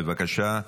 בבקשה,